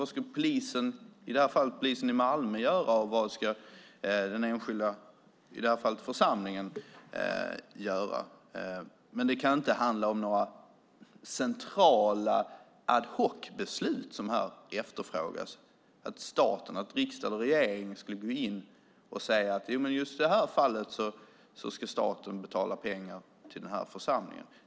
Vad ska polisen göra, i det här fallet polisen i Malmö, och vad ska den enskilda församlingen göra? Det kan dock inte handla om några centrala ad hoc-beslut, som här efterfrågas: att riksdag eller regering skulle gå in och säga att just i det här fallet ska staten betala pengar till den här församlingen.